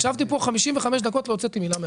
הקשבתי פה 55 דקות ולא הוצאתי מילה מהפה.